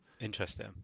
interesting